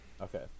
Okay